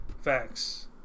Facts